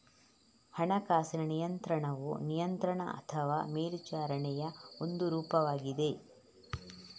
ಹಣಕಾಸಿನ ನಿಯಂತ್ರಣವು ನಿಯಂತ್ರಣ ಅಥವಾ ಮೇಲ್ವಿಚಾರಣೆಯ ಒಂದು ರೂಪವಾಗಿದೆ